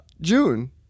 June